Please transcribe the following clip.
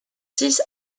six